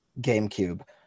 GameCube